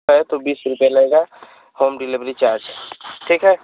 है तो बीस रुपये लगेगा होम डिलीवरी चार्ज ठीक है